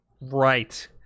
right